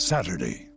Saturday